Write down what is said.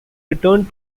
returned